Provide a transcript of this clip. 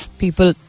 people